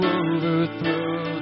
overthrow